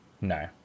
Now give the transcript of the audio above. No